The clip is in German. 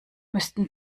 müssten